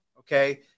Okay